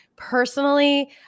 personally